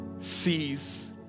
sees